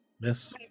Miss